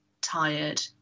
tired